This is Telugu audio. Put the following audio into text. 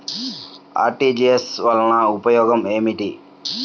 అర్.టీ.జీ.ఎస్ వలన ఉపయోగం ఏమిటీ?